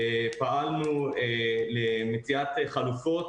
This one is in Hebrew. פעלנו למציאת חלופות,